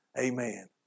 Amen